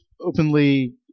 openly